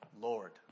Lord